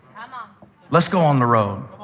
um um let's go on the road.